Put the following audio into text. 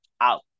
out